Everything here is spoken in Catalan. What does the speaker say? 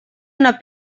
una